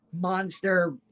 monster